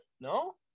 No